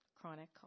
chronic